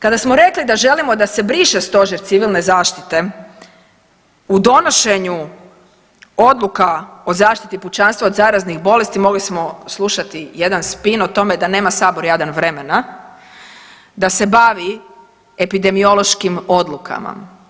Kada smo rekli da želimo da se briše Stožer Civilne zaštite u donošenju odluka o zaštiti pučanstva od zaraznih bolesti mogli smo slušati jedan spin o tome da nema Sabor jadan vremena, da se bavi epidemiološkim odlukama.